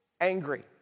angry